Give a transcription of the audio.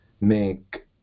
make